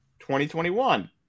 2021